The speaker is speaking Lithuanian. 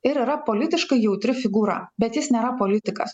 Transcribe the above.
ir yra politiškai jautri figūra bet jis nėra politikas